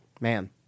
Man